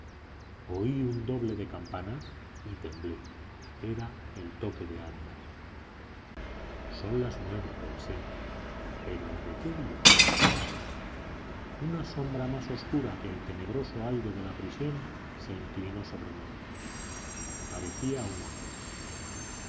oí un doble de campanas y temblé era el toque de ánimas son las nueve pensé pero de qué día una sombra más oscura que el tenebroso aire de la prisión se inclinó sobre mí parecía un hombre